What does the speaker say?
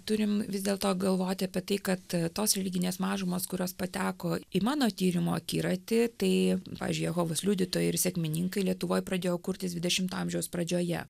turim vis dėl to galvoti apie tai kad tos religinės mažumos kurios pateko į mano tyrimo akiratį tai pavyzdžiui jehovos liudytojai ir sekmininkai lietuvoj pradėjo kurtis dvidešimto amžiaus pradžioje